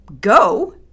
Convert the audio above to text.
go